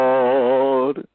Lord